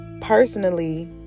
Personally